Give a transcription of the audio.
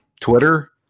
Twitter